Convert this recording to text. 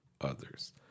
others